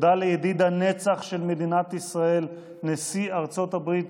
תודה לידיד הנצח של מדינת ישראל נשיא ארצות הברית